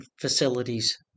facilities